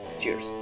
cheers